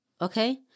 okay